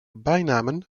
bijnamen